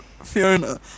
Fiona